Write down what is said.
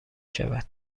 شود